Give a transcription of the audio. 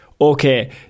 okay